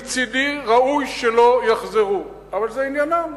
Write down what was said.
מצדי, ראוי שלא יחזרו, אבל זה עניינם.